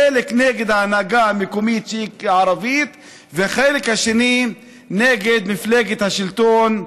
חלק נגד ההנהגה המקומית הערבית והחלק השני נגד מפלגת השלטון,